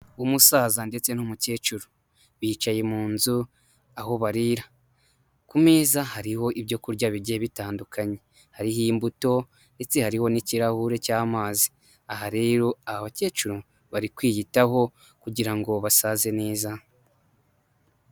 Umusaza ndetse n'umukecuru bicaye mu nzu aho barira, ku meza hariho ibyoku kurya bigiye bitandukanye, hariho imbuto ndetse hariho n'ikirahure cy'amazi, aha rero abakecuru bari kwiyitaho kugirango basaze neza.